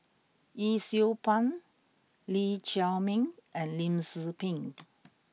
Yee Siew Pun Lee Chiaw Meng and Lim Tze Peng